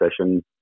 session